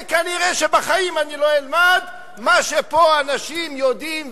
וכנראה שבחיים אני לא אלמד מה שאנשים פה יודעים,